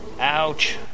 Ouch